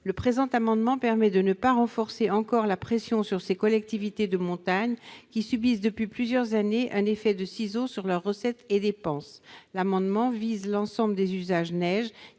Le présent amendement tend à ne pas renforcer encore la pression sur ces collectivités de montagne, qui subissent depuis plusieurs années un effet de ciseaux sur leurs recettes et leurs dépenses. L'amendement vise l'ensemble des usages liés